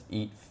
eat